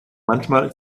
manchmal